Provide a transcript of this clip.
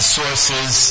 sources